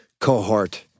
cohort